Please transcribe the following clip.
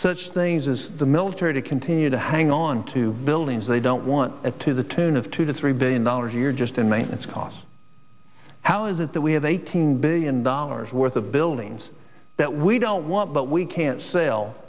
such things as the military to continue to hang on to buildings they don't want at to the tune of two to three billion dollars a year just in maintenance costs how is it that we have eighteen billion dollars worth of buildings that we don't want but we can't sell